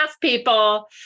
people